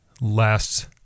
last